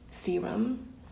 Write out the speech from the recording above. serum